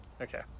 okay